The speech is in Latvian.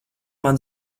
man